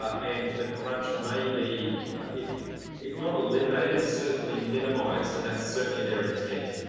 ah and the crunch maybe if if not eliminated, certainly minimized and that's certainly their intent.